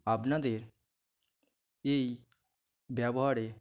আপনাদের এই ব্যবহারে